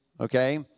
Okay